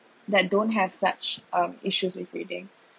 that don't have such um issues with reading